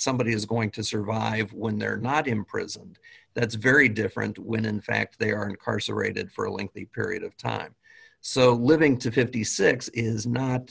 somebody is going to survive when they're not imprisoned that's very different when in fact they aren't karsa rated for a lengthy period of time so living to fifty six is not